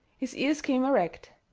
his ears came erect.